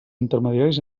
intermediaris